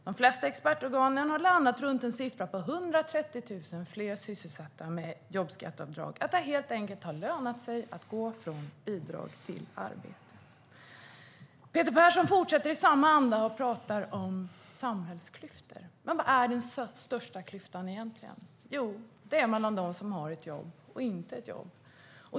De flesta av expertorganen har landat runt siffran 130 000 fler sysselsatta med jobbskatteavdrag. Det har helt enkelt lönat sig att gå från bidrag till arbete. Peter Persson fortsätter i samma anda och talar om samhällsklyftor. Men vad är den största klyftan? Jo, det är den mellan dem som har ett jobb och dem som inte har ett jobb.